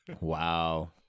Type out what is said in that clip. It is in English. Wow